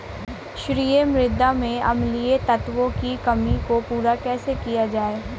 क्षारीए मृदा में अम्लीय तत्वों की कमी को पूरा कैसे किया जाए?